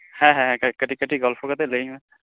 ᱦᱮᱸ ᱦᱮᱸ ᱠᱟᱹᱴᱤᱡ ᱠᱟᱹᱴᱤᱡ ᱜᱚᱞᱯᱷᱚ ᱠᱟᱛᱮᱜ ᱞᱟᱹᱭ ᱤᱧ ᱢᱮ